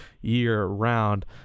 year-round